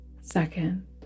second